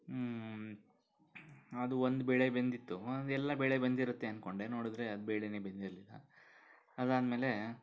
ಅದು ಒಂದು ಬೇಳೆ ಬೆಂದಿತ್ತು ಅದೆಲ್ಲ ಬೇಳೆ ಬೆಂದಿರುತ್ತೆ ಅಂದ್ಕೊಂಡೆ ನೋಡಿದರೆ ಅದು ಬೇಳೆನೇ ಬೆಂದಿರಲಿಲ್ಲ ಅದಾದಮೇಲೆ